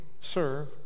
serve